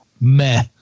meh